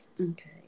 Okay